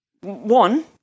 One